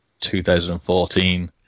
2014